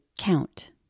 count